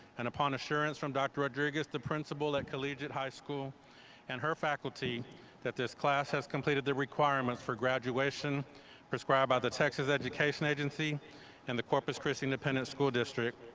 and upon assurance from dr. rodriguez, the principal at collegiate high school and her faculty that this class has completed the requirements for graduation prescribed by the texas education agency and the corpus christi independent school district,